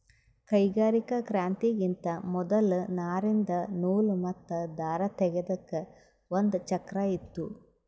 ಕೈಗಾರಿಕಾ ಕ್ರಾಂತಿಗಿಂತಾ ಮೊದಲ್ ನಾರಿಂದ್ ನೂಲ್ ಮತ್ತ್ ದಾರ ತೇಗೆದಕ್ ಒಂದ್ ಚಕ್ರಾ ಇತ್ತು